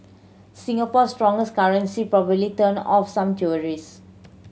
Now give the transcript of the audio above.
Singapore stronger currency probably turned off some tourist